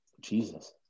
Jesus